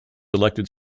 elected